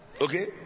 Okay